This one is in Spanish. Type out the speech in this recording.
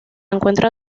encuentra